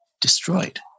destroyed